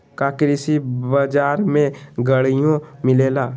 का कृषि बजार में गड़ियो मिलेला?